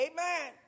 Amen